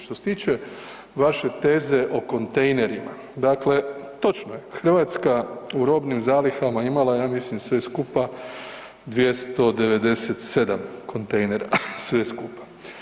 Što se tiče vaše teze o kontejnerima, dakle, točno je, Hrvatska u robnim zalihama imala je ja mislim sve skupa 297 kontejnera, sve skupa.